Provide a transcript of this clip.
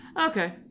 Okay